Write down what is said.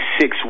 six